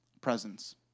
Presence